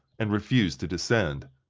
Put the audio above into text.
and refused to descend.